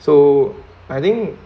so I think